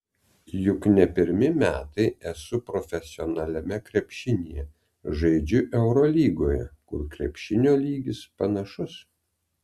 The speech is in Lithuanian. juk ne pirmi metai esu profesionaliame krepšinyje žaidžiu eurolygoje kur krepšinio lygis panašus